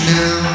now